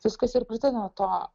viskas ir prasideda nuo to